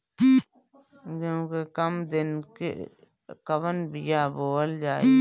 गेहूं के कम दिन के कवन बीआ बोअल जाई?